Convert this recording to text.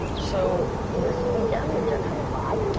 so this weekend, the jets have a buy,